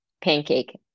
pancake